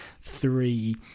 three